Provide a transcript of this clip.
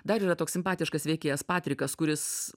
dar yra toks simpatiškas veikėjas patrikas kuris